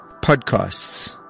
podcasts